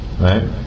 Right